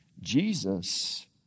Jesus